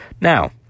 now